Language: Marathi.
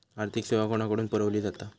आर्थिक सेवा कोणाकडन पुरविली जाता?